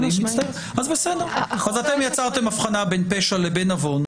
אתם יצרתם הבחנה בין פשע לבין עוון,